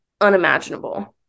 unimaginable